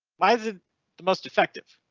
like the most effective.